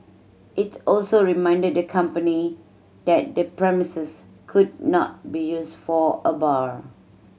it also reminded the company that the premises could not be used for a bar